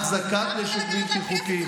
לקחת להם כסף,